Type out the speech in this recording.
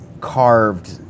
carved